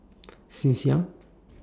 since young